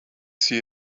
see